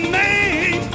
name